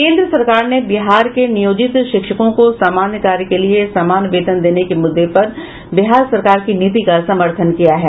केन्द्र सरकार ने बिहार के नियोजित शिक्षकों को समान कार्य के लिए समान वेतन देने के मुद्दे पर बिहार सरकार की नीति का समर्थन किया है